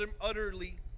utterly